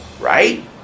Right